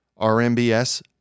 RMBS